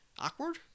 Awkward